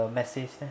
message